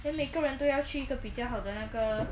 then 每个人都要去一个比较好的那个